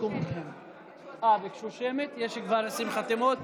יש 20 חתימות?